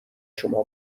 شما